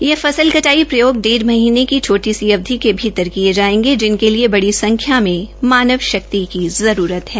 ये फसल कटाई प्रयोग डेढ़ महीने की छोटी सी अवधि के भीतर किए जाएंगे जिनके लिए बड़ी संख्या में मानवशक्ति की आवश्यकता है